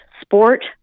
sport